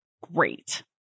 great